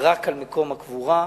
רק על מקום הקבורה.